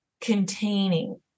containing